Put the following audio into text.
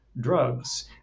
drugs